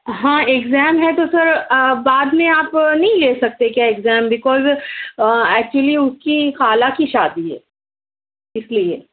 ہاں اگزام ہے تو سر بعد میں آپ ںہیں لے سکتے کیا اگزام بیکوز ایکچولی اُن کی خالہ کی شادی ہے اِس لیے